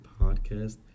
podcast